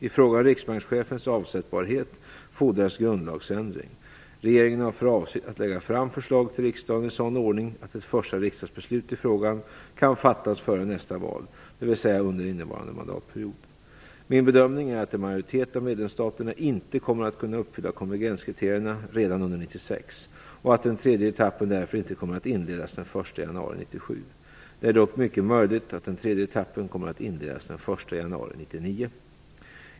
I fråga om riksbankschefens avsättbarhet fordras grundlagsändring. Regeringen har för avsikt att lägga fram förslag till riksdagen i sådan ordning att ett första riksdagsbeslut i frågan kan fattas före nästa val, dvs. under innevarande mandatperiod. Min bedömning är att en majoritet av medlemsstaterna inte kommer att kunna uppfylla konvergenskriterierna redan under 1996 och att den tredje etappen därför inte kommer att inledas den 1 januari 1997. Det är dock mycket möjligt att den tredje etappen kommer att inledas den 1 januari 1999.